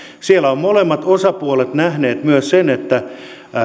siellä ovat molemmat osapuolet nähneet myös sen että